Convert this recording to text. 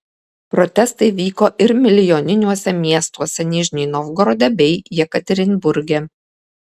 protestai vyko ir milijoniniuose miestuose nižnij novgorode bei jekaterinburge